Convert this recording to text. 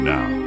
Now